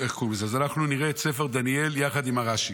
אז אנחנו נראה את ספר דניאל יחד עם הרש"י.